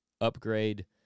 upgrade